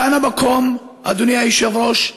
כאן המקום, אדוני היושב-ראש,